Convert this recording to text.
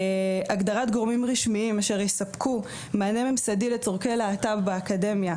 הגדרת גורמים רשמיים אשר יספקו מענה ממסדרי לצרכי להט"ב באקדמיה,